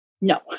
No